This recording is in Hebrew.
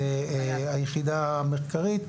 היחידה המחקרית.